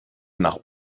nach